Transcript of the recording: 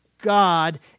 God